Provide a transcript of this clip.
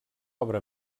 obra